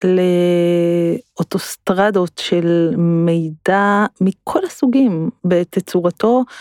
לאוטוסטרדות של מידע מכל הסוגים בתצורתו.